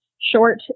short